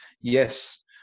yes